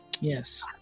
Yes